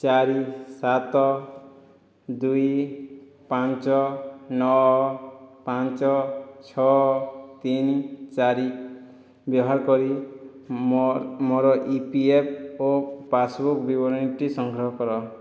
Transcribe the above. ଚାରି ସାତ ଦୁଇ ପାଞ୍ଚ ନଅ ପାଞ୍ଚ ଛଅ ତିନି ଚାରି ବ୍ୟବହାର କରି ମୋ ମୋର E P F O passbook ବିବରଣୀଟି ସଂଗ୍ରହ କର